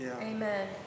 amen